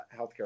healthcare